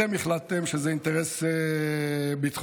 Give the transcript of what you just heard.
אתם החלטתם שזה אינטרס ביטחוני.